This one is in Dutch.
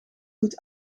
goed